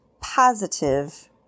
positive